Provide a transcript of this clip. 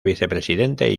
vicepresidente